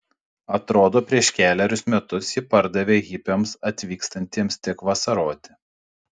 atrodo prieš kelerius metus jį pardavė hipiams atvykstantiems tik vasaroti